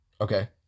Okay